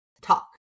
Talk